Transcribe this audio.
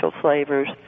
flavors